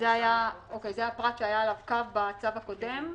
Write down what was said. --- זה הפרט שהיה עליו קו בצו הקודם?